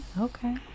okay